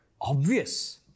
obvious